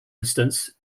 instance